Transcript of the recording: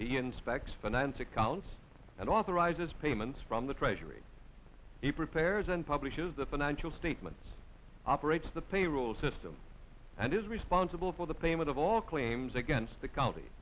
he inspects finance accounts and authorizes payments from the treasury he prepares and publishes the financial statements operates the payroll system and is responsible for the payment of all claims against the co